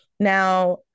Now